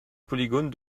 polygone